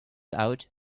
out